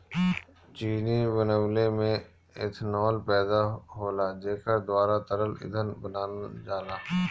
चीनी बनवले में एथनाल पैदा होला जेकरे द्वारा तरल ईंधन बनावल जाला